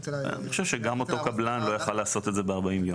אני חושב שגם אותו קבלן לא יכול היה לעשות את זה ב-40 יום.